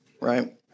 Right